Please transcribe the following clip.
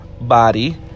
body